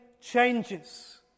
changes